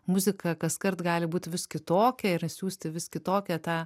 muzika kaskart gali būt vis kitokia ir siųsti vis kitokią tą